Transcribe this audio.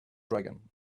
dragon